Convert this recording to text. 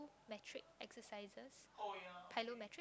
metric exercises plyometric